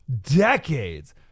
decades